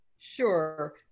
Sure